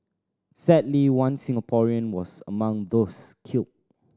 sadly one Singaporean was among those killed